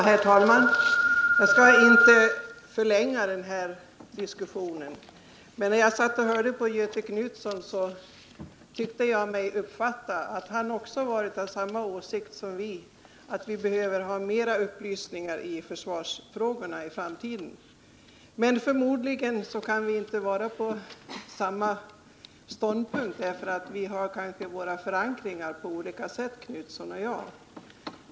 Herr talman! När jag satt och hörde på Göthe Knutson tyckte jag mig uppfatta att han var av samma åsikt som vi reservanter, nämligen att det behövs i framtiden mera upplysning i försvarsfrågorna. Att Göthe Knutson och jag sedan ändå intar olika ståndpunkter beror förmodligen på att vi har våra förankringar på olika håll.